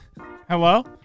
Hello